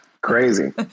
crazy